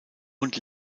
und